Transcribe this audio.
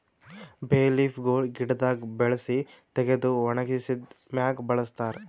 ಬೇ ಲೀಫ್ ಗೊಳ್ ಗಿಡದಾಗ್ ಬೆಳಸಿ ತೆಗೆದು ಒಣಗಿಸಿದ್ ಮ್ಯಾಗ್ ಬಳಸ್ತಾರ್